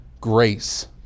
Grace